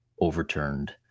overturned